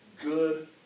good